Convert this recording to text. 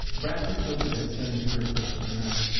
bradford gilbert had spent his career close to the ground.